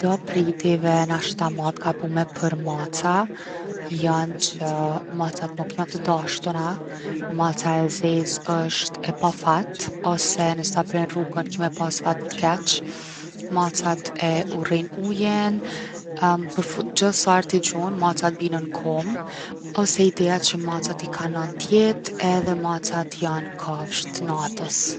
Do prej ideve nashta ma t’gabume për maca jon që macat nuk jon t’dashtuna. Maca e zez’ osht e pa fat ose nëse ta pren rrugen ki me pas fat t’keq. Macat e urrejnë ujin. përfu- gjithë saher ti gjun macat bijn n’kom. Ose ideja që macat i kan 9 jetë edhe macat jon kafshë t’natës.